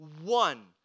one